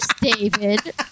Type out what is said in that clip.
David